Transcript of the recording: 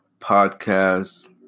podcast